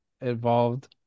involved